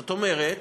זאת אומרת